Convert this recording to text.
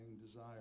desire